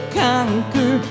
conquer